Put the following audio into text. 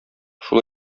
шул